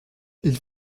ils